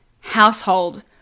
household